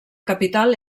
capital